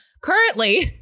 Currently